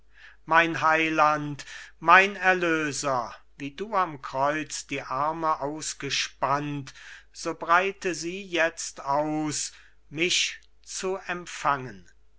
mein heiland mein erlöser wie du am kreuz die arme ausgespannt so breite sie jetzt aus mich zu empfangen